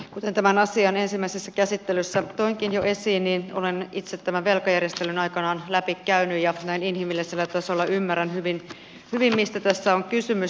kuten tämän asian ensimmäisessä käsittelyssä toinkin jo esiin olen itse tämän velkajärjestelyn aikanaan läpikäynyt ja näin inhimillisellä tasolla ymmärrän hyvin mistä tässä on kysymys